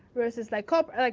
versus like copper, like